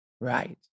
Right